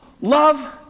Love